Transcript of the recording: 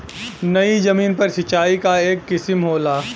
नयी जमीन पर सिंचाई क एक किसिम होला